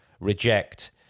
reject